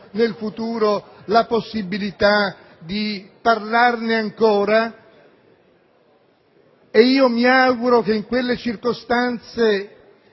nel futuro la possibilità di parlarne ancora e mi auguro che in quelle circostanze